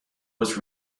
was